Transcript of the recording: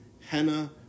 Henna